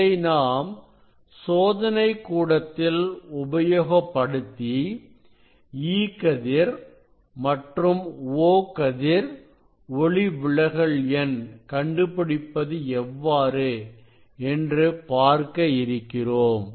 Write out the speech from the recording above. இதை நாம் சோதனைக் கூடத்தில் உபயோகப்படுத்தி E கதிர் மற்றும் O கதிர் ஒளி விலகல் எண் கண்டுபிடிப்பது எவ்வாறு என்று பார்க்க இருக்கிறோம்